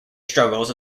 struggles